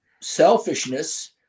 selfishness